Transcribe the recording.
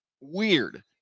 Weird